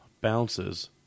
bounces